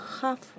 half